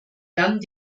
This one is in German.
dann